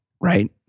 right